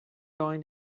going